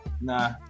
Nah